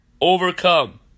overcome